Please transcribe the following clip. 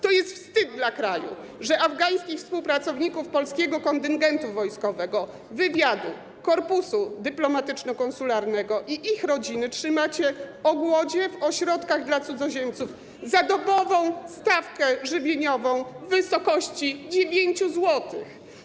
To jest wstyd dla kraju, że afgańskich współpracowników polskiego kontyngentu wojskowego, wywiadu, korpusu dyplomatyczno-konsularnego i ich rodziny trzymacie o głodzie w ośrodkach dla cudzoziemców za dobową stawkę żywieniową w wysokości 9 zł.